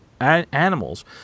animals